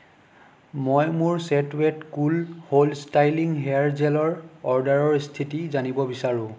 মই মোৰ set wet cool hold styling hair জেলৰ অৰ্ডাৰৰ স্থিতি জানিব বিচাৰোঁ